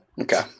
Okay